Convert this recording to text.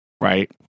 Right